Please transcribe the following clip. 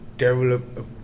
develop